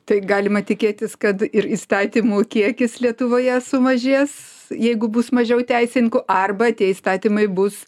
tai galima tikėtis kad ir įstatymų kiekis lietuvoje sumažės jeigu bus mažiau teisininkų arba tie įstatymai bus